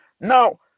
Now